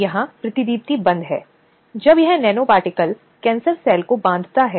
इसलिए उत्पीड़न की रिपोर्ट आंतरिक कर्मचारी समिति को तुरंत करें